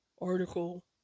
article